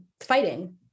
fighting